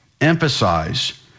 emphasize